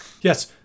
yes